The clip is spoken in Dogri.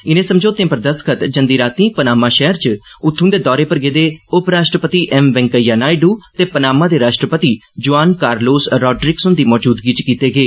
इनें समझौतें पर दस्तख्त जंदी रातीं पनामा शैहरा च उत्थुं दे दौरे पर गेदे उपराष्ट्रपति एम वैंकेइया नायडु ते पनामा दे राष्ट्रपति जुआन कारलोस रेडरिगस हुन्दी मौजूदगी च कीते गे